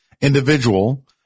individual